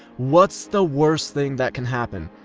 what's the worst thing that can happen?